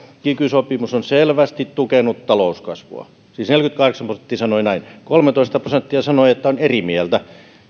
kiky sopimus on selvästi tukenut talouskasvua siis neljäkymmentäkahdeksan prosenttia sanoi näin kolmetoista prosenttia sanoi että on eri mieltä